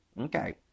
okay